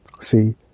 See